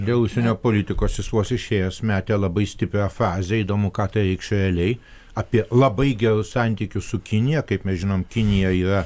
dėl užsienio politikos jis vos išėjęs metė labai stiprią fazę įdomu ką tai reikš realiai apie labai gerus santykius su kinija kaip mes žinom kinija yra